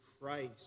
Christ